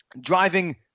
Driving